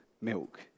milk